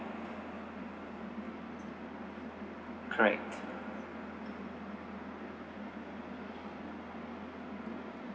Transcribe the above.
correct